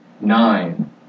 nine